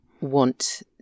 want